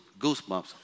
goosebumps